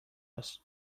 است